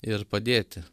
ir padėti